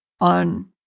on